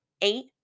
Eight